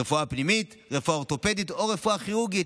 רפואה פנימית, רפואה אורתופדית או רפואה כירורגית,